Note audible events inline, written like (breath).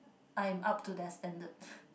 I am up to their standard (breath)